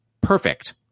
perfect